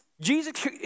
Jesus